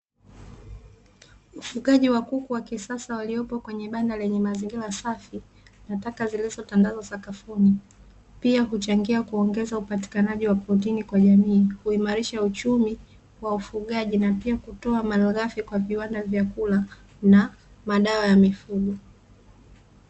Ufugaji wa kuku wa kisasa waliopo kwenye banda lenye mazingira safi, na taka zilizotandazwa sakafuni. Pia huchangia kuongeza upatikanaji wa protini kwa jamii, huimarisha uchumi wa ufugaji na pia kutoa malighafi kwa viwanda vya kula na madawa ya mifugo.